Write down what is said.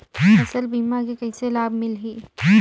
फसल बीमा के कइसे लाभ मिलही?